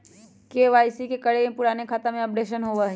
KYC करें से पुराने खाता के अपडेशन होवेई?